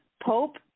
Pope